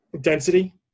density